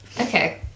Okay